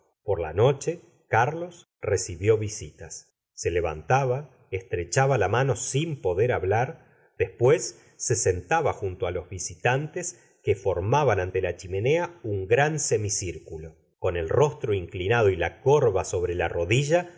por la noche carlos recibió visitas se levantaba estrechaba la mano sin poder hablar después se sentaba junto á los visitantes que formaban ante la chimenea un gran semicirculo con el rostro inclinado y la corva sobre la rodilla